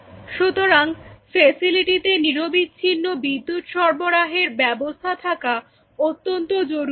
সুতরাং ফ্যাসিলিটিতে নিরবিচ্ছিন্ন বিদ্যুৎ সরবরাহের ব্যবস্থা থাকা অত্যন্ত জরুরী